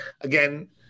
Again